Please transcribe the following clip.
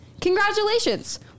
Congratulations